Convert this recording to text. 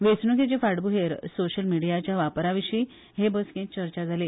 वेचणूकेचे फाटभुयेर सोशय मीडियाच्या वापराविशी हे हबसकेत चर्चा जाली